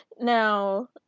now